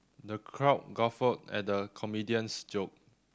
the crowd guffawed at the comedian's joke